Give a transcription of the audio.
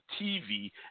TV